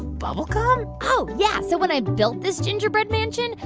bubble gum? oh, yeah, so when i built this gingerbread mansion,